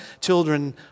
Children